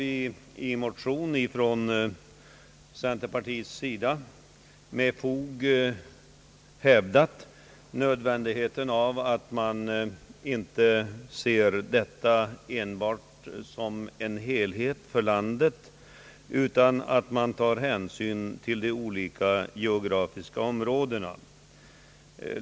I en motion från centerpartiets sida har vi med fog hävdat nödvändigheten av att man inte ser detta enbart som en helhet för landet utan att man tar hänsyn till de olika geografiska områdena.